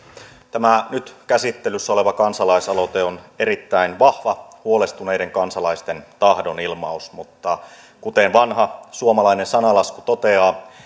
tämä nyt käsittelyssä oleva kansa laisaloite on erittäin vahva huolestuneiden kansalaisten tahdonilmaus mutta kuten vanha suomalainen sananlasku toteaa